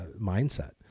mindset